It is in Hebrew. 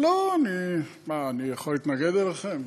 לא, אני, מה, אני יכול להתנגד אליכם?